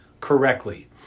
correctly